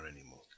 anymore